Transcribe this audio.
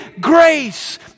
grace